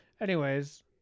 Anyways-